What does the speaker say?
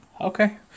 okay